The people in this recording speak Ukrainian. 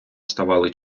ставали